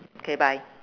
okay bye